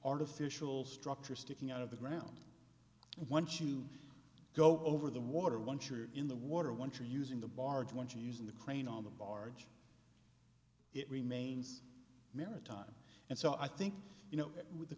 artificial structure sticking out of the ground and once you go over the water once you're in the water once you're using the barge when using the crane on the barge it remains maritime and so i think you know with the